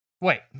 Wait